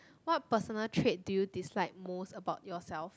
what personal traits do you dislike most about yourself